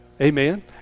Amen